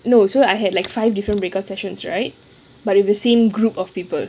no so I had like five different breakout sessions right but with the same group of people